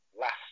last